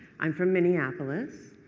um from minneapolis.